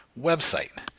website